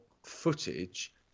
footage